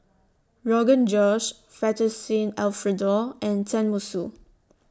Rogan Josh Fettuccine Alfredo and Tenmusu